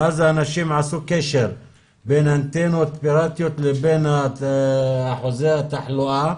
ואז אנשים עשו קשר בין אנטנות פירטיות לבין אחוזי התחלואה